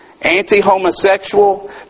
anti-homosexual